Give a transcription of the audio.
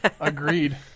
Agreed